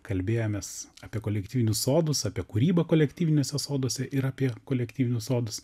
kalbėjomės apie kolektyvinius sodus apie kūrybą kolektyviniuose soduose ir apie kolektyvinius sodus